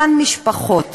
לאותן משפחות